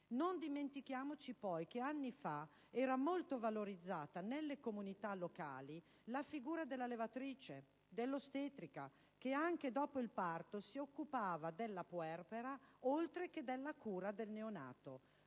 Non dimentichiamoci poi che anni fa era molto valorizzata nelle comunità locali la figura della levatrice, dell'ostetrica che anche dopo il parto si occupava della puerpera, oltre che della cura del neonato.